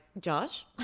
josh